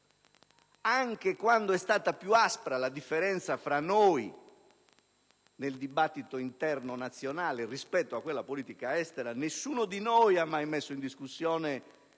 anche quando è stata più aspra la differenza fra noi, nel dibattito interno nazionale, rispetto a quella politica estera, nessuno di noi ha mai messo in discussione